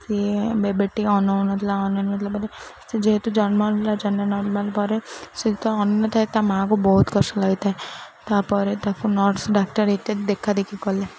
ସିଏ ବେବିଟି ଅନାଉ ନଥିଲା ଅନାଉ ନଥିଲା ପରେ ସେ ଯେହେତୁ ଜନ୍ମ ନଥିଲା ପରେ ସେ ତ ଅନାଉ ନଥିଲା ତା ମା'କୁ ବହୁତ କଷ୍ଟ ଲାଗିଥାଏ ତା'ପରେ ତାକୁ ନର୍ସ ଡାକ୍ତର ଏତେ ଦେଖା ଦେଖି କଲେ